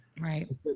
Right